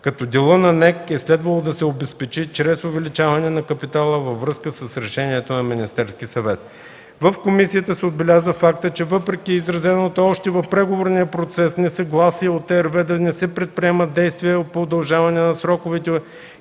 като делът на НЕК е следвало да се обезпечи чрез увеличаване на капитала във връзка с решението на Министерския съвет. В комисията се отбеляза фактът, че въпреки изразеното още в преговорния процес несъгласие от РВЕ да не се предприемат действия по удължаване на сроковете